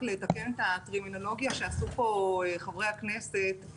לתקן את הטרמינולוגיה שעשו פה חברי הכנסת.